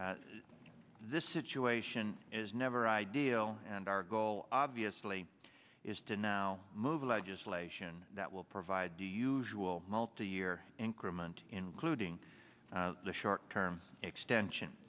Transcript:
this situation is never ideal and our goal obviously is to now move legislation that will provide two usual multi year increment including the short term extension